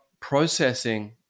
processing